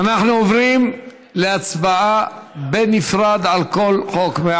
אנחנו עוברים להצבעה על כל חוק בנפרד.